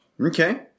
Okay